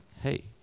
Hey